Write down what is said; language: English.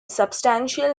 substantial